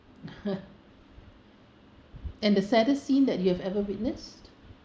and the saddest scene that you have ever witnessed